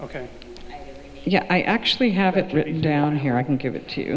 ok yeah i actually have it written down here i can give it to